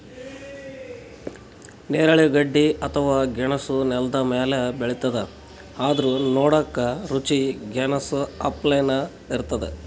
ನೇರಳೆ ಗಡ್ಡಿ ಅಥವಾ ಗೆಣಸ್ ನೆಲ್ದ ಮ್ಯಾಲ್ ಬೆಳಿತದ್ ಆದ್ರ್ ನೋಡಕ್ಕ್ ರುಚಿ ಗೆನಾಸ್ ಅಪ್ಲೆನೇ ಇರ್ತದ್